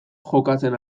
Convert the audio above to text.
jokatzen